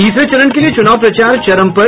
तीसरे चरण के लिये चुनाव प्रचार चरम पर